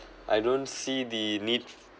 I don't see the need